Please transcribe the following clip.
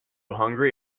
hungry